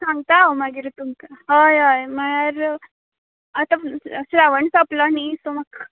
सांगता हांव मागीर तुमकां हय हय म्हळ्यार आतां श्रावण सोंपलों न्ही सो म्हाका